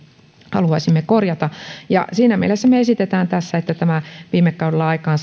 haluaisimme korjata siinä mielessä me esitämme tässä että tätä viime kaudella aikaan